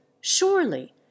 Surely